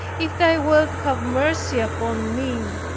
if thou wilt have mercy upon me,